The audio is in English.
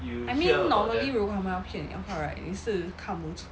I mean normally 如果她们要骗你的话 right 你是看不出